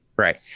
right